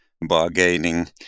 bargaining